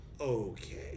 okay